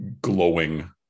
glowing